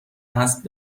اسب